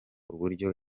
uburyo